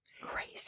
Crazy